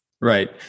right